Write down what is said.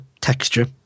texture